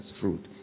fruit